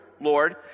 Lord